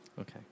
Okay